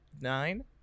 nine